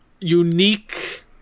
unique